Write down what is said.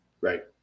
Right